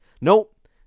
Nope